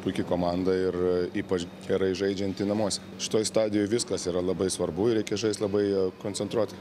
puiki komanda ir ypač gerai žaidžianti namuose šitoj stadijoj viskas yra labai svarbu reikia žaisti labai koncentruotai